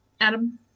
Adam